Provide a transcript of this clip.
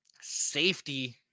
Safety